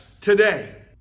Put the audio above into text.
today